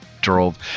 drove